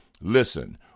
Listen